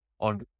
on